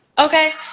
okay